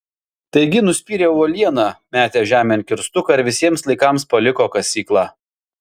taigi nuspyrė uolieną metė žemėn kirstuką ir visiems laikams paliko kasyklą